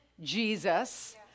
Jesus